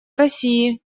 россии